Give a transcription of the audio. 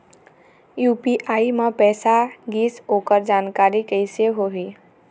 UPI म पैसा गिस ओकर जानकारी कइसे होही?